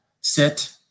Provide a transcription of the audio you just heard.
sit